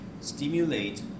stimulate